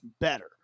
better